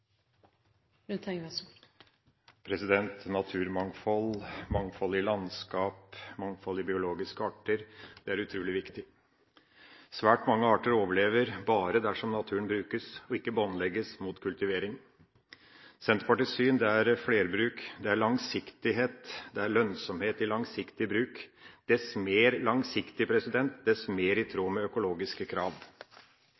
utrolig viktig. Svært mange arter overlever bare dersom naturen brukes og ikke båndlegges mot kultivering. Senterpartiets syn er flerbruk, det er langsiktighet, det er lønnsomhet i langsiktig bruk – dess mer langsiktig, dess mer i